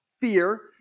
fear